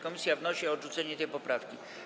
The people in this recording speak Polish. Komisja wnosi o odrzucenie tej poprawki.